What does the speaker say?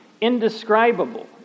indescribable